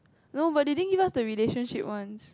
no but they didn't give us the relationship one